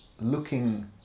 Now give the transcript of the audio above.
looking